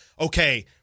okay